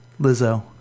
Lizzo